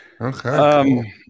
Okay